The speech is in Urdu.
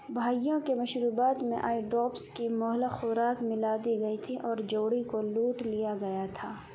بھائیوں کے مشروبات میں آئی ڈراپس کی مہلک خوراک ملا دی گئی تھی اور جوڑی کو لوٹ لیا گیا تھا